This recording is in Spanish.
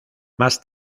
más